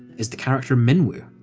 is the character minwu.